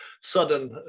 sudden